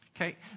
okay